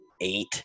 eight